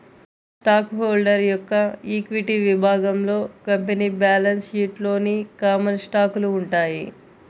stock holder యొక్క equity విభాగంలో company balance షీట్లోని కామన్ స్టాకులు ఉంటాయి